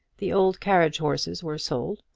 the old carriage-horses were sold,